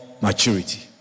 maturity